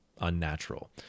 unnatural